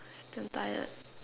damn tired